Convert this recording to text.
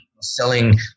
selling